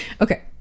okay